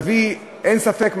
אין ספק,